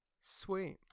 Sweet